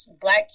black